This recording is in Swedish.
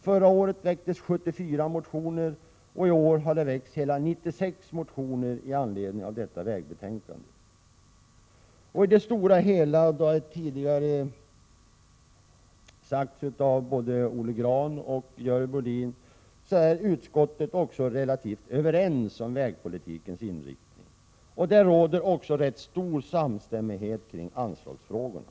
Förra året väcktes 74 motioner, och i år har väckts hela 96 motioner i anslutning till vägpropositionen. I det stora hela är utskottet — så som både Olle Grahn och Görel Bohlin har sagt — relativt överens om vägpolitikens inriktning. Det råder också rätt stor samstämmighet kring anslagsfrågorna.